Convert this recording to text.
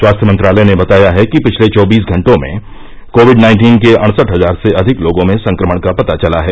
स्वास्थ्य मंत्रालय ने बताया है कि पिछले चौबीस घटों में कोविड नाइन्टीन के अडसठ हजार से अधिक लोगों में संक्रमण का पता चला है